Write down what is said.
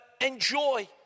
enjoy